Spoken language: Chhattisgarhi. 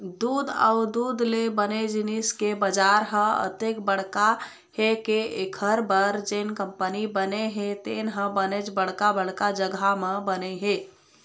दूद अउ दूद ले बने जिनिस के बजार ह अतेक बड़का हे के एखर बर जेन कंपनी बने हे तेन ह बनेच बड़का बड़का जघा म बने हे